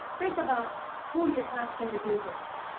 think about who you're asking to do this.